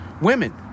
women